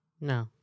No